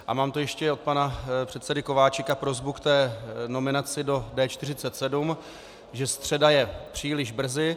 A mám tu ještě od pana předsedy Kováčika prosbu k té nominaci do D47, že středa je příliš brzy.